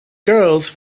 girls